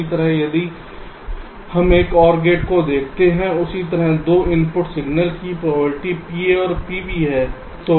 इसी तरह यदि हम एक OR गेट को देखते हैं उसी तरह 2 इनपुट सिग्नल की प्रोबबिलिटीज़ PA और PB हैं